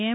એમ